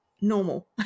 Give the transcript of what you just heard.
normal